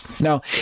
Now